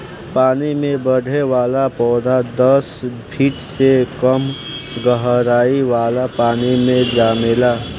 पानी में बढ़े वाला पौधा दस फिट से कम गहराई वाला पानी मे जामेला